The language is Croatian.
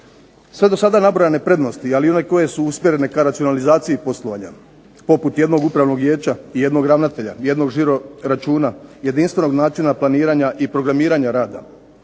Sve do sada nabrojane prednosti, ali i one koje su usmjerene ka racionalizaciji poslovanja, poput jednog upravnog vijeća i jednog ravnatelja, jednog žiro računa, jedinstvenog načina planiranja i programiranja rada,